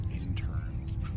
interns